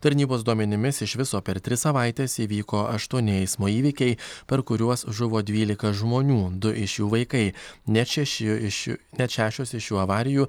tarnybos duomenimis iš viso per tris savaites įvyko aštuoni eismo įvykiai per kuriuos žuvo dvylika žmonių du iš jų vaikai net šeši iš net šešios iš šių avarijų